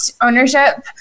ownership